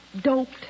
doped